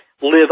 live